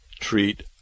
treat